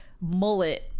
mullet